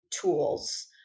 tools